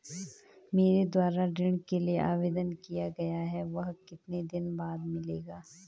मेरे द्वारा ऋण के लिए आवेदन किया गया है वह कितने दिन बाद मिलेगा?